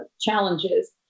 challenges